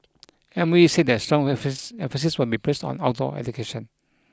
M O E said that strong emphasis emphasis will be placed on outdoor education